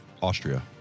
Austria